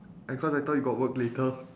and cause I thought you got work later